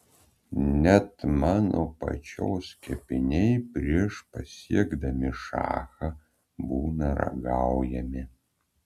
net mano pačios kepiniai prieš pasiekdami šachą būna ragaujami